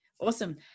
Awesome